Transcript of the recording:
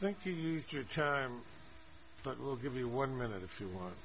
thank you use your term but we'll give you one minute if you want